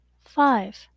five